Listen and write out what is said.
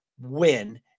win